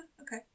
okay